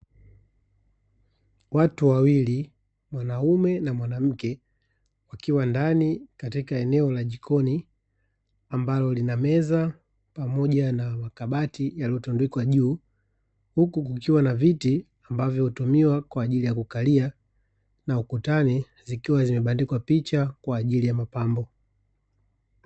Watu wawili, mwanaume na mwanamke wakiwa ndani katika eneo la jikoni ambalo lina meza, pamoja na makabati yaliyotundikwa juu, huku kukiwa na viti ambavyo hutumiwa kwa ajili ya kukalia, na ukutani zikiwa zimebandikwa picha kwa ajili ya mapambo.